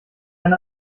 eine